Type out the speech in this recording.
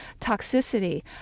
toxicity